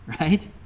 right